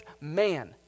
man